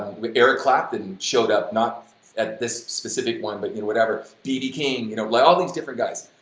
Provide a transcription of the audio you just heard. eric clapton showed up, not at this specific one but, you know, whatever, bb king, you know, but all these different guys.